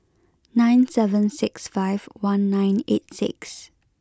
nine seven six five one nine eight six